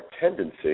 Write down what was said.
tendency